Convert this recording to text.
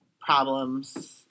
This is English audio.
problems